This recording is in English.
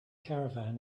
caravan